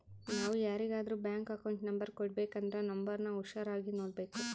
ನಾವು ಯಾರಿಗಾದ್ರೂ bank account number ಕೊಡಬೇಕಂದ್ರ ನೋಂಬರ್ನ ಹುಷಾರಾಗಿ ನೋಡ್ಬೇಕು